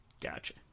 Gotcha